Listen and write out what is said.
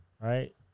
right